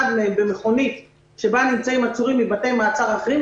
מהם במכונית שבה נמצאים עצורים מבתי מעצר אחרים,